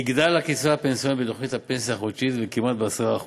תגדל הקצבה הפנסיונית בותכנית הפנסיה החודשית כמעט ב-10%.